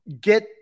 get